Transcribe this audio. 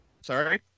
Sorry